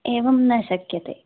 एवं न शक्यते